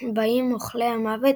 באים אוכלי המוות